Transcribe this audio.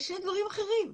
אלה שני דברים אחרים.